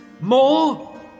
More